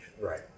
Right